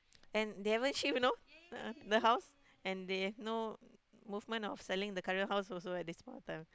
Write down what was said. and they haven't shift you know uh the house and they no movement of selling the current house also at this point of time